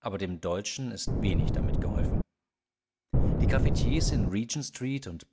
aber dem deutschen ist wenig damit geholfen die cafetiers in regent street und